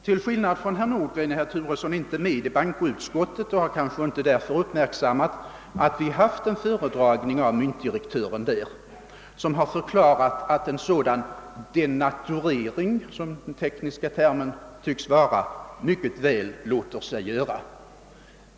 Till skillnad mot herr Nordgren är herr Turesson inte med i bankoutskottet och har kanske därför inte uppmärksammat att vi där hört ett föredrag av myntdirektören, som har förklarat att en sådan »denaturering», som den tekniska termen tycks lyda, inte effektivt hindrar raffinering.